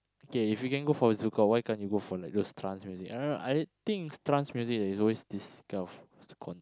okay if you can go for ZoukOut why can't you go for like those trance music I don't know I think is trance music that is always this kind of s~ con~